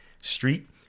Street